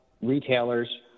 retailers